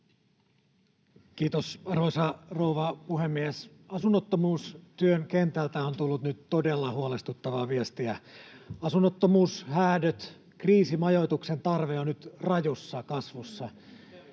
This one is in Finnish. Kiitos, arvoisa rouva puhemies! Asunnottomuustyön kentältä on tullut nyt todella huolestuttavaa viestiä. Asunnottomuus, häädöt ja kriisimajoituksen tarve ovat nyt rajussa kasvussa.